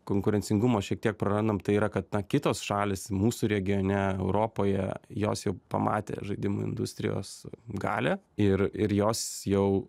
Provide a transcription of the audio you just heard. konkurencingumo šiek tiek prarandam tai yra kad na kitos šalys mūsų regione europoje jos jau pamatė žaidimų industrijos galią ir ir jos jau